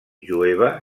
jueva